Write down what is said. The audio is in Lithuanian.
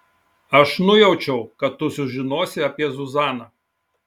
aš nujaučiau kad tu sužinosi apie zuzaną